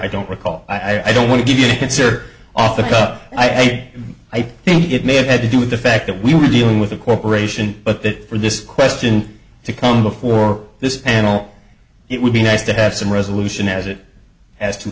i don't recall i don't want to give you answer off the cuff i say i think it may have had to do with the fact that we were dealing with a corporation but that this question to come before this panel it would be nice to have some resolution as it as t